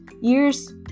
year's